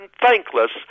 thankless